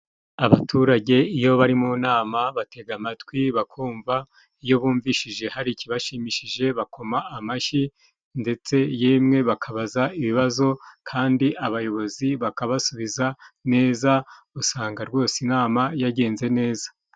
Abaturage iyo bari mu nama batega amatwi, bakumva, iyo bumvishije hari ikibashimishije bakoma amashyi. Ndetse yemwe bakabaza ibibazo, kandi abayobozi bakabasubiza neza. Usanga rwose inama yagenze neza.